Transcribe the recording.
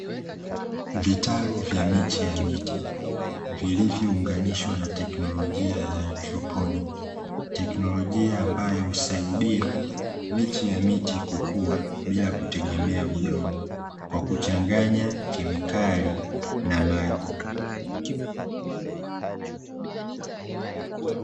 Vitalu vya miche ya miti, vilivyounganishwa na teknolojia ya haidroponiki, teknolojia ambayo husaidia miche ya miti kukua bila kutegemea udongo, kwa kuchanganya kemikali na maji.